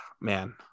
Man